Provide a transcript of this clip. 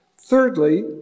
Thirdly